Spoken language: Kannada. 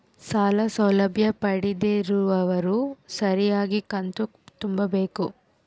ಸಾಲ ಸೌಲಭ್ಯ ಪಡೆದಿರುವವರು ಸರಿಯಾಗಿ ಕಂತು ತುಂಬಬೇಕು?